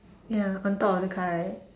ya on top of the car right